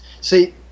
see